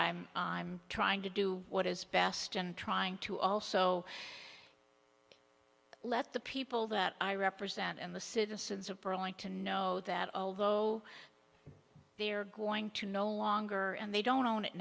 i'm i'm trying to do what is best and trying to also let the people that i represent and the citizens of burlington know that although they're going to no longer and they don't own it